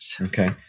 Okay